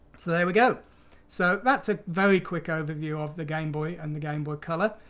so there we go so that's a very quick overview of the gameboy and the game boy color!